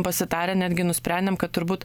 pasitarę netgi nusprendėm kad turbūt